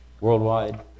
Worldwide